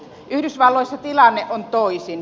yhdysvalloissa tilanne on toisin